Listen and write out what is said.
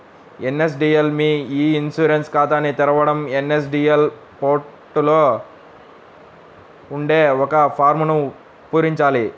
NSDL మీ e insurance ఖాతాని తెరవడం ఎన్.ఎస్.డి.ఎల్ పోర్టల్ లో ఉండే ఒక ఫారమ్ను పూరించాలి